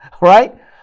Right